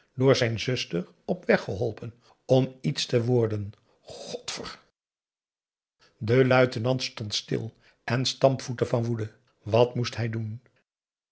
door zijn zuster op weg geholpen om iets te worden godver de luitenant stond stil en stampvoette van woede wat moest hij doen